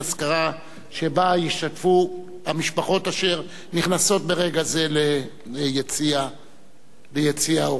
אזכרה שבה ישתתפו המשפחות אשר נכנסות ברגע זה ליציע האורחים.